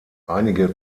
einige